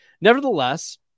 Nevertheless